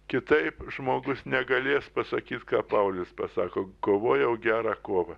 kitaip žmogus negalės pasakyt ką paulius pasako kovojau gerą kovą